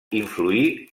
influí